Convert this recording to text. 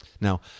Now